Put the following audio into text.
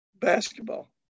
basketball